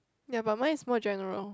ya but mine is more general